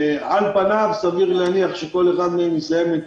על פניו סביר להניח שכל אחד מהם יסיים את